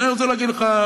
אז אני רוצה להגיד לך,